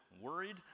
worried